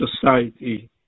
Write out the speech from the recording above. society